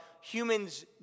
humans